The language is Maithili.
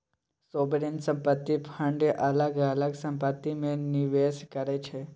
सोवरेन संपत्ति फंड अलग अलग संपत्ति मे निबेस करै छै